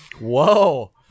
whoa